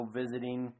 visiting